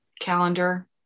calendar